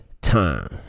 time